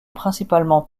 principalement